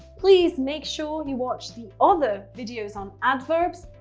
please make sure you watch the other videos on adverbs,